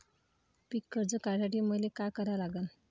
पिक कर्ज काढासाठी मले का करा लागन?